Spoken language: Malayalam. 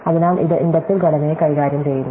അതിനാൽ ഇത് ഇൻഡക്റ്റീവ് ഘടനയെ കൈകാര്യം ചെയ്യുന്നു